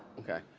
okay?